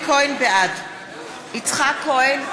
בעד יצחק כהן,